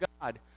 God